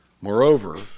Moreover